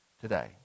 today